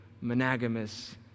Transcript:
monogamous